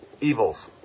evils